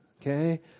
okay